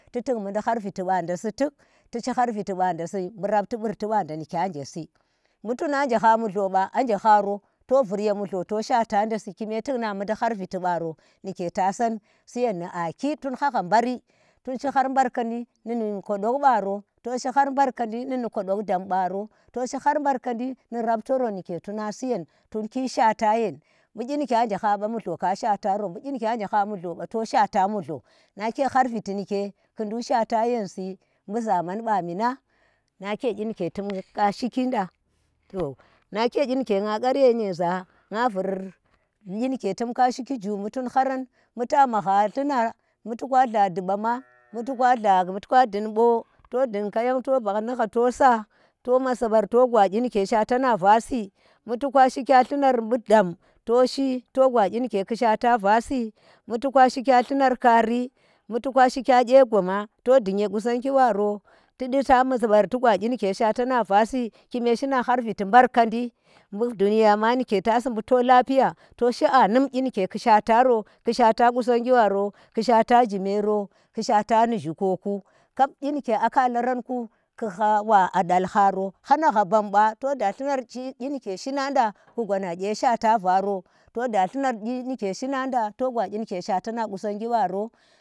Tu tuk mudi har viti wanda si tik, tishi har viti wanda si bu ratti burti wanda ni kyanje si, butuna nje ha mullho ba anje haro to vur ye mullho to shaata nda si, ki me tuk na mundi har viti baro niki tasan siyen ni aki. T un hhagha bari tuh shi har mbarkandi ni ni kodogh baro, to shi har mbarkandi ni ndi kodogh dam ɓaro tuh shi har mbarkandi ndi rapto ndike tu na siyen, tuu ki shaata yen bu kyi nikya nje ha ba nullho ka shaatarom bu kyi nikya je baba, mullho ka shaata mullho. Na har viti ike ku nduk shaata yen si bu zaman bamu nang nake kyi ni ke tum ka shiki nda to nake kyi nike kyi nike nga ghar ye nyiza nga var kyi ike tum ka shiki zhu bu tuu haram buta mhahha llua, bu toka lla dubama, bu toka dug bo, to dug kaya to bah ihha to sa, to masa bar to gwa kyi ike ki shwata va si, bu to kya lluha kaari, bu to kya shi kya gye goa to dug ye qusoggi waro tidi ta maasa bar, ti gwa kyi ike shwata na vasi, kime shi har viti mbarkadi bu duniya, mha nike tasi buke to lapiya, to shi a num kyi nigye ki shwataro, ku shwata, qusonggi waro, ku shwata zymero ku shwata ni zyiku. kap kyi nike aku alaranku, ki ha wa dall haro hana hha bamba to du llunar ci kyi nigye shinanda to da ku gwana gye shwata varo.